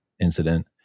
incident